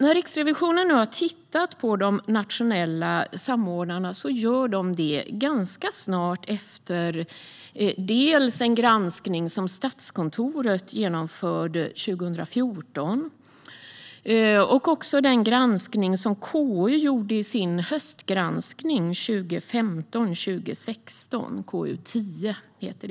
När Riksrevisionen nu har tittat på de nationella samordnarna gjorde man det ganska snart efter dels en granskning som Statskontoret genomförde 2014, dels den granskning som KU gjorde i sin höstgranskning 2015/16, KU10 som den heter.